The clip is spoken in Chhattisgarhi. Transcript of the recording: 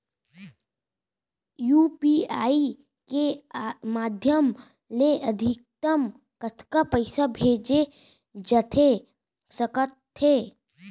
यू.पी.आई के माधयम ले अधिकतम कतका पइसा भेजे जाथे सकत हे?